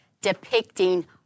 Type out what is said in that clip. depicting